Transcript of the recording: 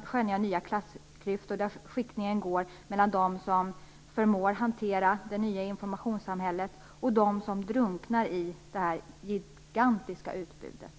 skönja nya klassklyftor, där skiktningen går mellan dem som förmår hantera det nya informationssamhället och dem som drunknar i det här gigantiska utbudet.